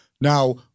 Now